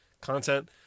content